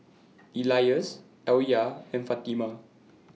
Elyas Alya and Fatimah